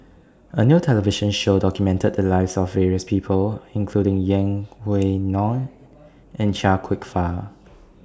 A New television Show documented The Lives of various People including Yeng Pway Ngon and Chia Kwek Fah